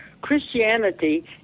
Christianity